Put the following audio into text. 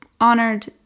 honored